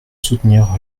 soutenir